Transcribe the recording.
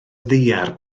ddaear